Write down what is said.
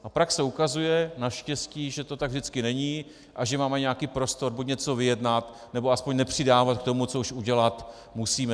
A praxe ukazuje, naštěstí, že to tak vždycky není a že máme nějaký prostor buď něco vyjednat, nebo aspoň nepřidávat k tomu, co už udělat musíme.